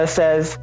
says